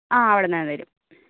ആ അവിടെ നിന്ന് തന്നെ തരും